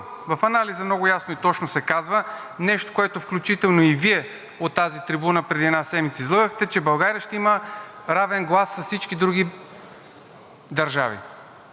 в Анализа много ясно и точно се казва нещо, което включително и Вие от тази трибуна преди една седмица излъгахте, че България ще има равен глас с всички други държави.